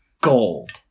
gold